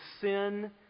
sin